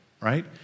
right